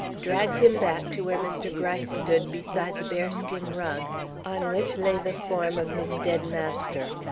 dragged him back to where mr. gryce stood beside the bearskin rug on which lay the form of his dead master.